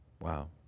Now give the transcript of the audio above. Wow